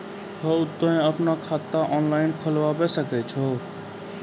हाँ तोय आपनो खाता ऑनलाइन खोलावे सकै छौ?